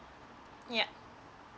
yup